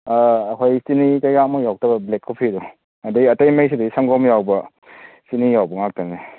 ꯑꯩꯈꯣꯏ ꯆꯤꯅꯤ ꯀꯩꯀ ꯑꯝꯐꯧ ꯌꯥꯎꯔꯛꯇꯕ ꯕ꯭ꯂꯦꯛ ꯀꯣꯐꯤꯗꯣ ꯑꯗꯩ ꯑꯇꯩ ꯃꯩꯁꯤꯗꯤ ꯁꯪꯒꯣꯝ ꯌꯥꯎꯕ ꯆꯤꯅꯤ ꯌꯥꯎꯕ ꯉꯥꯛꯇꯅꯤ